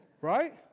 Right